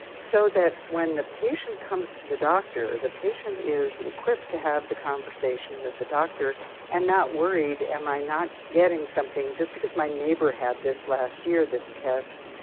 so that when the patient comes to the doctor, the patient is equipped to have the conversation with the doctor and not worried am i not getting something just because my neighbour had this last year, this test,